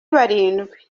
barindwi